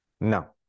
Now